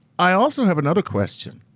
i also have another question.